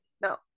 No